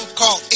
call